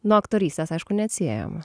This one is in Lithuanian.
nuo aktorystės aišku neatsiejama